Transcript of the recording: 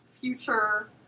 future